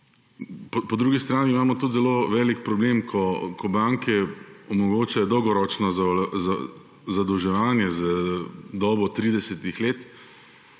Po drugi strani imamo tudi zelo velik problem, ko banke omogočajo dolgoročno zadolževanje za dobo 30 let